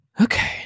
Okay